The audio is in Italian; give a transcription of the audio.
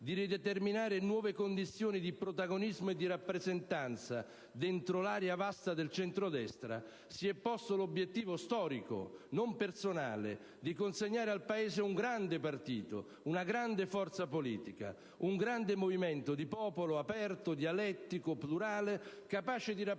di rideterminare nuove condizioni di protagonismo e di rappresentanza dentro la vasta area del centrodestra, si è posto l'obiettivo storico, non personale, di consegnare al Paese un grande partito, una grande forza politica, un grande movimento di popolo aperto, dialettico, plurale e capace di rappresentare